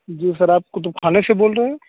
جی sir آپ کتب خانے سے بول رہے ہیں